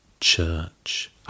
church